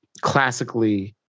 classically